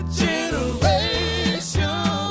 generation